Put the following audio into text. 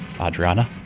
Adriana